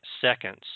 seconds